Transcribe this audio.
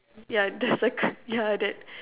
yeah there's a yeah that